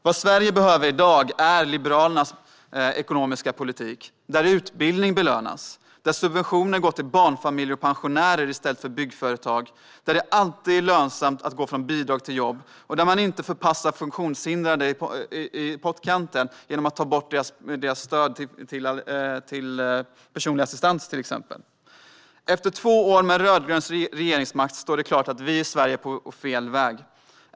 Vad Sverige behöver i dag är Liberalernas ekonomiska politik där utbildning belönas, där subventioner går till barnfamiljer och pensionärer i stället för till byggföretag, där det alltid är lönsamt att gå från bidrag till jobb och där man inte förpassar funktionshindrade till pottkanten genom att till exempel ta bort deras stöd i form av personlig assistans. Efter två år med rödgrön regeringsmakt står det klart att vi i Sverige är på fel väg.